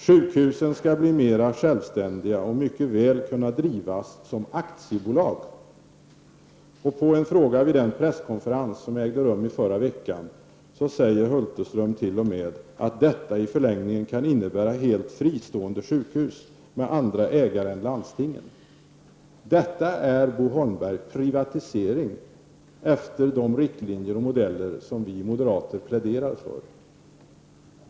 Sjukhusen skall bli mer självständiga och mycket väl kunna drivas som aktiebolag. På en fråga vid den presskonferens som ägde rum i förra veckan svarar Hulterström t.o.m. att detta i förlängningen kan innebära helt fristående sjukhus med andra ägare än landstingen. Detta är privatisering, Bo Holmberg, efter de riktlinjer och modeller som vi moderater pläderar för.